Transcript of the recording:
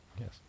yes